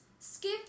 Skip